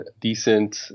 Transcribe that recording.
decent